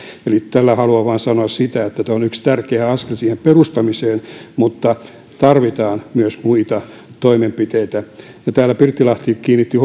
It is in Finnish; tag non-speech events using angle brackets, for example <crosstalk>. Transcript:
tällä haluan vain sanoa sen että tämä on yksi tärkeä askel siihen perustamiseen mutta tarvitaan myös muita toimenpiteitä edustaja pirttilahti kiinnitti <unintelligible>